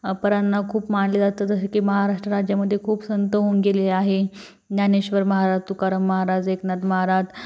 परांना खूप मानले जाते जसं की महाराष्ट्र राज्यामध्ये खूप संत होऊन गेले आहे ज्ञानेश्वर महाराज तुकाराम महाराज एकनाथ महाराज